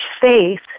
faith